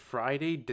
Friday